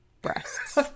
breasts